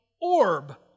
orb